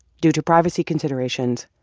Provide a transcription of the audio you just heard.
due to privacy considerations,